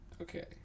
Okay